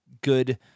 good